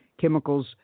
chemicals